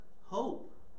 hope